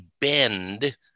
bend